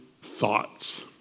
thoughts